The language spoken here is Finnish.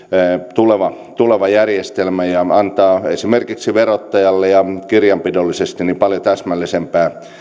tuleva tuleva järjestelmä ja antaa esimerkiksi verottajalle ja kirjanpidollisesti paljon täsmällisempää